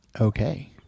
okay